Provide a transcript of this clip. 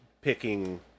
picking